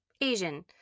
Asian